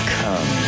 come